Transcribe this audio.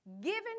given